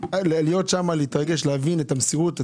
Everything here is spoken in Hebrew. להיות שם, להתרגש, להבין את המסירות.